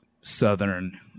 southern